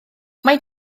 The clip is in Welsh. mae